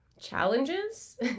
challenges